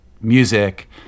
music